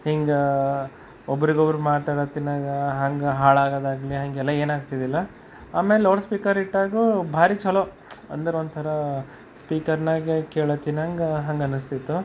ಹಿಂಗೆ ಒಬ್ಬರಿಗೊಬ್ರು ಮಾತಾಡತ್ತಿನಾಗ ಹಂಗೆ ಹಾಳಾಗೋದಾಗ್ಲಿ ಹಾಗೆಲ್ಲ ಏನಾಗ್ತಿದ್ದಿಲ್ಲ ಆಮೇಲೆ ಲೌಡ್ ಸ್ಪೀಕರ್ ಇಟ್ಟಾಗು ಭಾರಿ ಚಲೋ ಅಂದ್ರೆ ಒಂಥರ ಸ್ಪೀಕರ್ನಾಗೆ ಕೇಳಾತಿನಂಗೆ ಹಂಗೆ ಅನ್ನಿಸ್ತಿತ್ತು